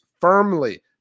firmly